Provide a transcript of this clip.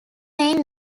main